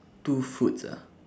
two foods ah